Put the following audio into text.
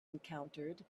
encountered